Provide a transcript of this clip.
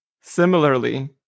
similarly